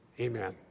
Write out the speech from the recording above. amen